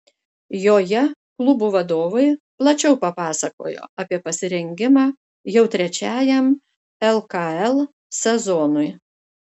joje klubų vadovai plačiau papasakojo apie pasirengimą jau trečiajam lkl sezonui